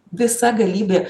visa galybė